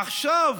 עכשיו